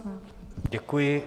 Děkuji.